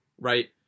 right